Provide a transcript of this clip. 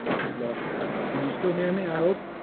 and just lost that. can you still hear me i hope?